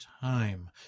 Time